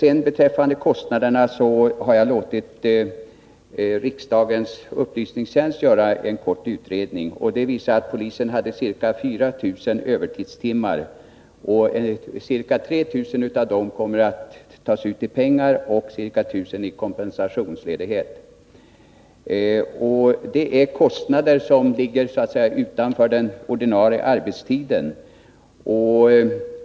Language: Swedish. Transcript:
Ö Beträffande kostnaderna har jag låtit riksdagens upplysningstjänst göra en kortfattad utredning. Den visar att polisen hade ca 4 000 övertidstimmar, och omkring 3 000 av dem kommer att tas ut i pengar och ungefär 1000 i kompensationsledighet. Det är kostnader som ligger så att säga utanför den ordinarie arbetstiden.